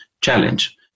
challenge